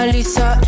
Lisa